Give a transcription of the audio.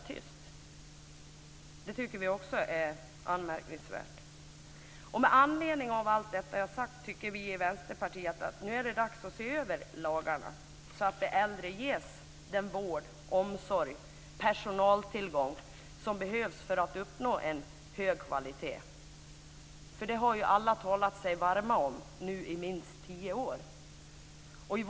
Också detta tycker vi är anmärkningsvärt. Med anledning av allt det som jag här har sagt tycker vi i Vänsterpartiet att det nu är dags att se över lagarna så att de äldre ges den vård, omsorg och personaltillgång som behövs för att en hög kvalitet ska uppnås. Alla har ju i minst tio år talat sig varma för det.